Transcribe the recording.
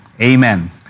amen